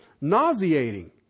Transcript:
nauseating